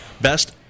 best